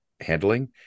handling